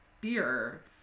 beer